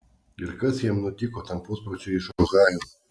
ir kas jam nutiko tam puspročiui iš ohajo